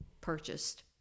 purchased